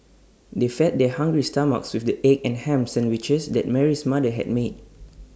they fed their hungry stomachs with the egg and Ham Sandwiches that Mary's mother had made